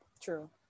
True